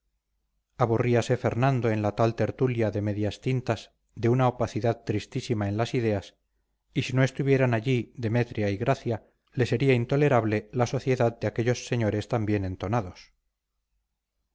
conventos aburríase fernando en la tal tertulia de medias tintas de una opacidad tristísima en las ideas y si no estuvieran allí demetria y gracia le sería intolerable la sociedad de aquellos señores tan bien entonados